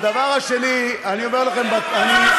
הדבר השני, אני אומר לכם, אני,